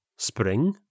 Spring